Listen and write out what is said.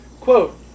quote